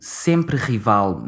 sempre-rival